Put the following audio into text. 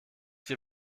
wir